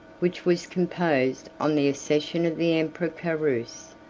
which was composed on the accession of the emperor carus.